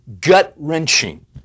gut-wrenching